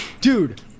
Dude